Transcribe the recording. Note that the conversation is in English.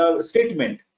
statement